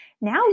Now